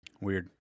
Weird